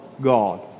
God